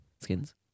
skins